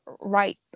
right